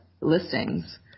listings